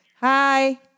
Hi